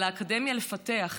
על האקדמיה לפתח,